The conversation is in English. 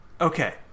Okay